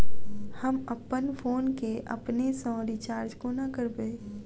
हम अप्पन फोन केँ अपने सँ रिचार्ज कोना करबै?